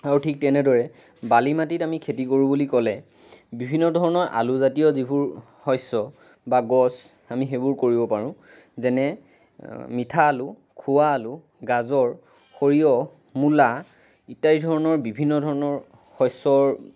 আৰু ঠিক তেনেদৰে বালি মাটিত আমি খেতি কৰোঁ বুলি ক'লে বিভিন্ন ধৰণৰ আলুজাতীয় যিবোৰ শস্য বা গছ আমি সেইবোৰ কৰিব পাৰোঁ যেনে মিঠা আলু খোৱা আলু গাজৰ সৰিয়হ মূলা ইত্যাদি ধৰণৰ বিভিন্ন ধৰণৰ শস্যৰ